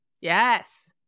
Yes